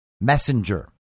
messenger